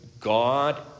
God